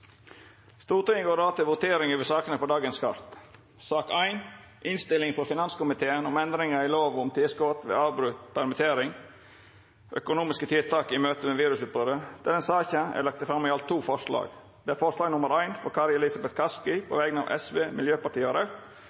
Stortinget går då over til votering over sakene på dagens kart. Under debatten er det sett fram to forslag. Det er forslag nr. 1, frå Kari Elisabeth Kaski på vegner av Sosialistisk Venstreparti, Miljøpartiet Dei Grøne og